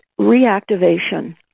reactivation